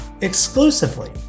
exclusively